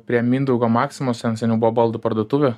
prie mindaugo maksimos ten seniau buvo baldų parduotuvė